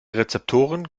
rezeptoren